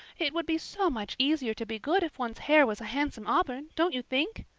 it would be so much easier to be good if one's hair was a handsome auburn, don't you think?